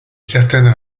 certaines